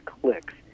clicks